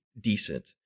decent